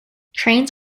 trains